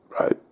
right